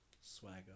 Swagger